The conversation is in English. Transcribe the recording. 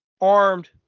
armed